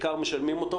בעיקר משלמים אותו,